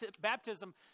baptism